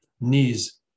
knees